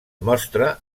mostra